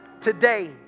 Today